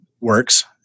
works